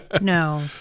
no